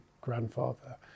grandfather